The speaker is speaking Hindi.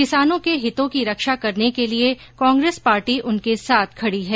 किसानों के हितों की रक्षा करने के लिए कांग्रेस पार्टी उनके साथ खड़ी है